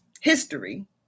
History